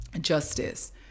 justice